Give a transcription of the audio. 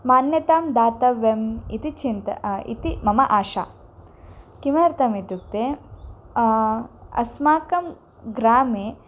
मान्यतां दातव्यम् इति चिन्ता इति मम आशा किमर्थम् इत्युक्ते अस्माकं ग्रामे